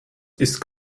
ist